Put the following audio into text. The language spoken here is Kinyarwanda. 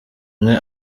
umwe